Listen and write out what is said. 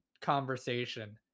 conversation